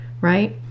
right